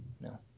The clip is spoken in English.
no